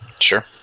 Sure